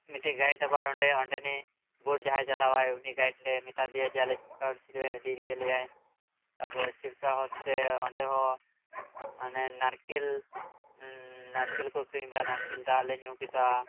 ᱢᱤᱜᱴᱮᱡ ᱜᱟᱭᱤᱰ ᱟᱵᱟᱨ ᱚᱸᱰᱮᱱᱤᱡ ᱵᱳᱴ ᱡᱟᱦᱟᱸᱭ ᱪᱟᱞᱟᱣᱟᱭ ᱩᱱᱤ ᱜᱟᱭᱤᱰ ᱞᱮ ᱢᱮᱛᱟ ᱫᱮᱭᱟ ᱡᱮ ᱟᱞᱮ ᱪᱤᱠᱟ ᱞᱮᱠᱟ ᱛᱮᱡᱮ ᱤᱫᱤ ᱠᱮᱜ ᱞᱮᱭᱟᱭ ᱛᱟᱨᱯᱚᱨᱮ ᱪᱤᱞᱠᱟ ᱦᱨᱚᱫᱽ ᱨᱮ ᱚᱸᱰᱮ ᱦᱚᱸ ᱢᱟᱱᱮ ᱱᱟᱨᱠᱮᱞ ᱱᱟᱨᱠᱮᱞ ᱠᱚ ᱟᱠᱷᱨᱤᱧ ᱫᱟ ᱱᱟᱨᱠᱮᱞ ᱫᱟᱜ ᱞᱮ ᱧᱩ ᱠᱮᱫᱟ